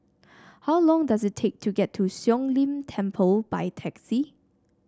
how long does it take to get to Siong Lim Temple by taxi